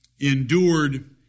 endured